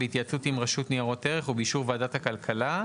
בהתייעצות עם הרשות לניירות ערך ובאישור וועדת הכלכלה,